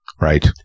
Right